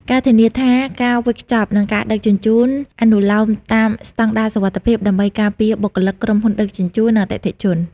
ការធានាថាការវេចខ្ចប់ និងការដឹកជញ្ជូនអនុលោមតាមស្តង់ដារសុវត្ថិភាពដើម្បីការពារបុគ្គលិក ក្រុមហ៊ុនដឹកជញ្ជូន និងអតិថិជន។